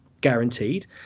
guaranteed